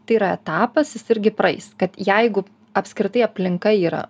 tai yra etapas jis irgi praeis kad jeigu apskritai aplinka yra